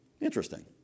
Interesting